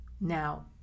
Now